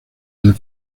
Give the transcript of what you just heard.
del